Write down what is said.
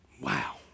Wow